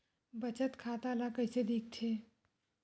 बचत खाता ला कइसे दिखथे?